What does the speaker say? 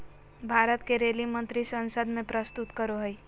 भारत के रेल मंत्री संसद में प्रस्तुत करो हइ